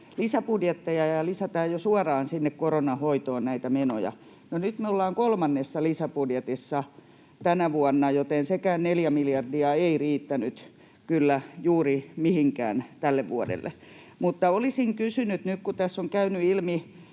lisäbudjetteja, lisätään jo suoraan sinne koronan hoitoon näitä menoja. No, nyt me ollaan kolmannessa lisäbudjetissa tänä vuonna, joten sekään, 4 miljardia, ei riittänyt kyllä juuri mihinkään tälle vuodelle. Olisin kysynyt nyt, kun tässä on käynyt ilmi